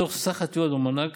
מתוך סך התביעות במענק